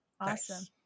awesome